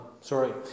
Sorry